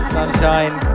Sunshine